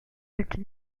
into